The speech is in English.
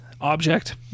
Object